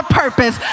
purpose